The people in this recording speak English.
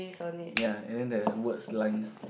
ya even that is word slangs